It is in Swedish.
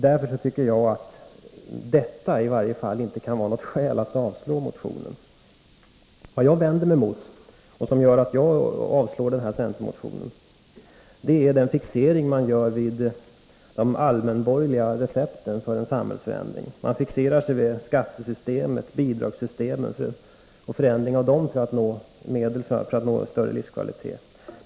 Därför tycker jag att detta i varje fall inte kan vara något skäl för att avslå motionen. Det som jag vänder mig mot — och som gör att jag avstyrker denna centermotion — är fixeringen vid de allmänborgerliga recepten för en samhällsförändring. Man är fixerad vid skattesystemets och bidragssystemens förändring som medel för att nå större livskvalitet.